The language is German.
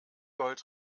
gold